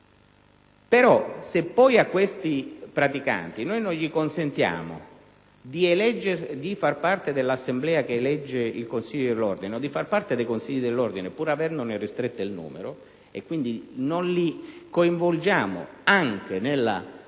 se a questi praticanti non consentiamo di far parte dell'assemblea che elegge il Consiglio dell'Ordine o di far parte dei Consigli dell'Ordine, pur avendone ristretto il numero, e quindi non li coinvolgiamo nella